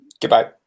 Goodbye